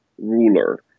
ruler